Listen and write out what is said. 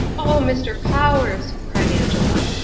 oh, mr. powers, cried angela,